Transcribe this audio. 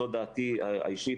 זו דעתי האישית,